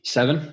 Seven